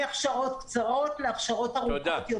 מהכשרות קצרות להכשרות ארוכות יותר.